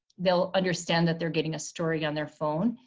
they'll understand that they're getting a story on their phone.